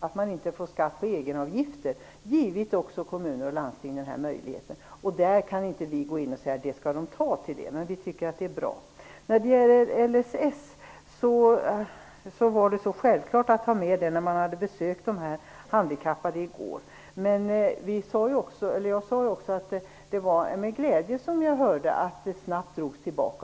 att man inte får skatt på egenavgifter har vi också givit kommuner och landsting den här möjligheten. Vi kan inte gå in och säga att de skall använda pengarna till det, men vi tycker att det vore bra. När det gäller LSS vill jag säga att det var så självklart att ha med det när jag hade besökt de handikappade i går, men jag sade också att det var med glädje som jag hörde att förslaget snabbt drogs tillbaka.